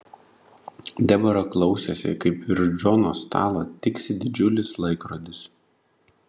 debora klausėsi kaip virš džono stalo tiksi didžiulis laikrodis